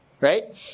right